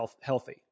healthy